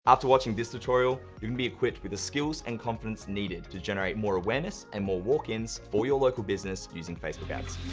after watching this tutorial, you can be equipped with the skills and confidence needed to generate more awareness and more walk-ins for your local business using facebook ads.